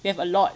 we have a lot